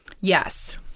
Yes